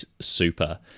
super